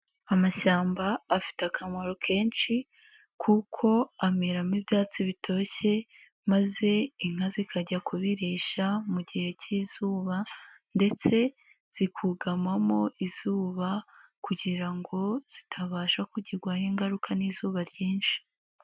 Amashyamba afite akamaro kenshi kuko ameramo ibyatsi bitoshye maze inka zikajya kubirisha mu gihe k'izuba ndetse zikugamamo izuba kugira ngo zitabasha kugirwaho ingaruka n'izuba ryinshi.